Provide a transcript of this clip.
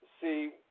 See